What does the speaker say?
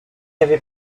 avait